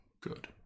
good